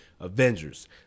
Avengers